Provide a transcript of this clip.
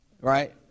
Right